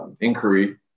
inquiry